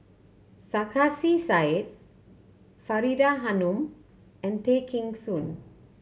Sarkasi Said Faridah Hanum and Tay Kheng Soon